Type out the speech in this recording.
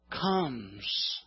comes